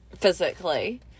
physically